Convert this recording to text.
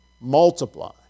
multiply